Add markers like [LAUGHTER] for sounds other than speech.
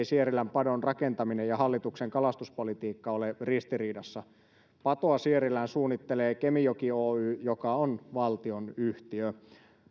[UNINTELLIGIBLE] sierilän padon rakentaminen ja hallituksen kalastuspolitiikka ole ristiriidassa patoa sierilään suunnittelee kemijoki oy joka on valtionyhtiö